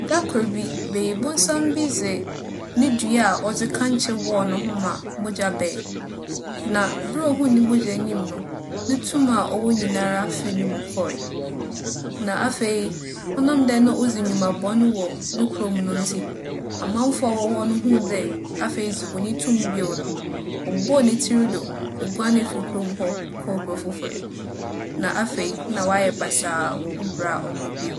Da kor bi, banyimbͻnsam bi dze no dua a ͻdze kankye wͻͻ noho ma bͻgya bae. Na ber a ohun no bͻgya enyim no, no tum a ͻwͻ nyinara fii no mu kͻree. Na afei, ͻnam dɛ na odzi ndwuma bͻn wͻ no kurow mu no ntsi, amamfo a wͻwͻ hͻ no hun dɛ afei dze onnyi tum bio no, wͻbͻͻ ne tsir do ma oguanee fii kurow mu hͻ kͻr kurow fofor. Na afei, nna ͻayɛ basaa, onnhu bra a ͻmbͻ bio.